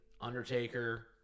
Undertaker